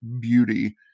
beauty